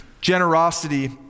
Generosity